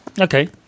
okay